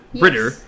Ritter